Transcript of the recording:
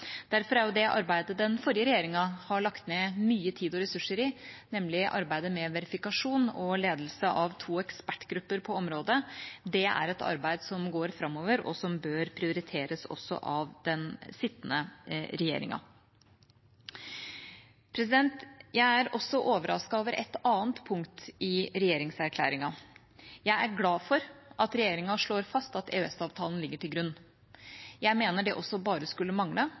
Derfor er jo det arbeidet den forrige regjeringa har lagt ned mye tid og ressurser i, nemlig arbeidet med verifikasjon og ledelse av to ekspertgrupper på området, et arbeid som går framover, og som bør prioriteres også av den sittende regjeringa. Jeg er også overrasket over et annet punkt i regjeringserklæringen. Jeg er glad for at regjeringa slår fast at EØS-avtalen ligger til grunn. Jeg mener også at det skulle bare mangle.